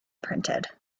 printed